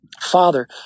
Father